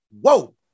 whoa